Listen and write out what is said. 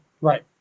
Right